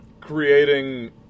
creating